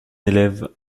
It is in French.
élève